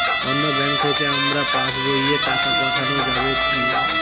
অন্য ব্যাঙ্ক থেকে আমার পাশবইয়ে টাকা পাঠানো যাবে কি?